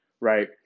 right